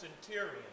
centurion